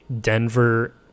Denver